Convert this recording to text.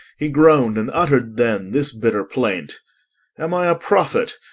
he groaned and uttered then this bitter plaint am i a prophet?